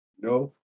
No